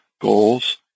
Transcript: goals